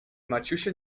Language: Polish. maciusia